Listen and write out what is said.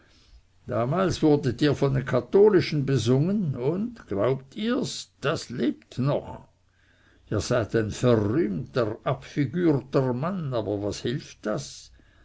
damals wurdet ihr von den katholischen besungen und glaubt ihr's das lebt noch ihr seid ein verrühmter abfigürter mann aber was hilft das